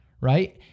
right